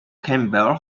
campbell